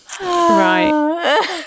Right